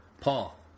Paul